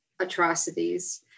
atrocities